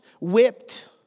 whipped